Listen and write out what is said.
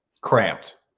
cramped